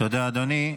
תודה, אדוני.